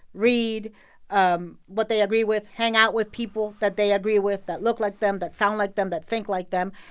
read um what they agree with, hang out with people that they agree with, that look like them, that sound like them, that think like them.